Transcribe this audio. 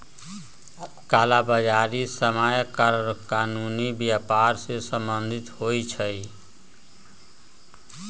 कला बजारि सामान्य गैरकानूनी व्यापर से सम्बंधित होइ छइ